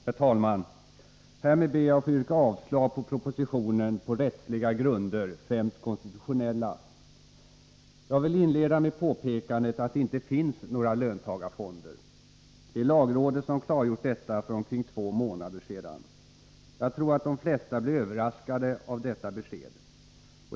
Herr talman! Härmed ber jag att få yrka avslag på propositionen på rättsliga grunder, främst konstitutionella. Jag vill inleda med påpekandet att det inte finns några löntagarfonder. Det är lagrådet som har klargjort detta för omkring två månader sedan. Jag tror att de flesta blir överraskade av detta besked.